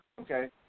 okay